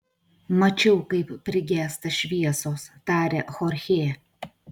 mačiau kaip prigęsta šviesos tarė chorchė